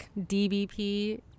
DBP